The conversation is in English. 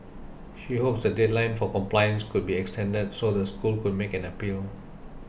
she hopes the deadline for compliance could be extended so the school could make an appeal